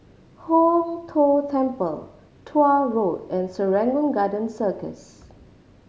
Hong Tho Temple Tuah Road and Serangoon Garden Circus